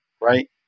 Right